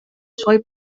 suoi